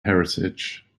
heritage